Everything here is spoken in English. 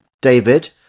David